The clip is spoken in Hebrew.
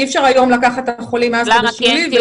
אי אפשר היום לקחת חולים מאז חודש יולי,